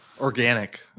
Organic